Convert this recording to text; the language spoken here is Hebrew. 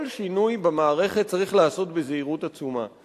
כל שינוי במערכת צריך להיעשות בזהירות עצומה.